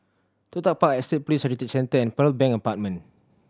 Toh Tuck Park Estate Police Heritage Centre and Pearl Bank Apartment